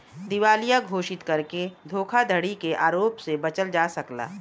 दिवालिया घोषित करके धोखाधड़ी के आरोप से बचल जा सकला